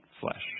flesh